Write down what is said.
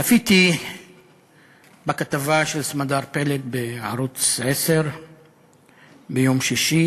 צפיתי בכתבה של סמדר פרי בערוץ 10 ביום שישי